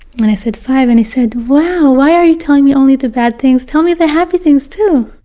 and i said, five. and he said, wow, why are you telling me only the bad things? tell me the happy things too!